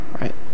right